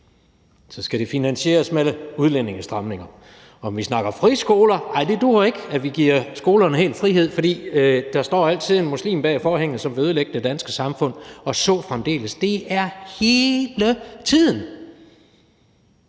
så skal det finansieres med udlændingestramninger. Om vi snakker friskoler – nej, det duer ikke, at vi giver skolerne helt frihed, for der står altid en muslim bag forhænget, som vil ødelægge det danske samfund, og så fremdeles. Det er hele tiden!